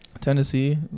Tennessee